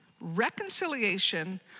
reconciliation